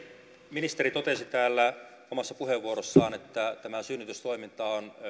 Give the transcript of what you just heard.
ministeri totesi täällä omassa puheenvuorossaan että synnytystoiminta on